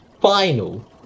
final